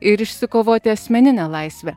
ir išsikovoti asmeninę laisvę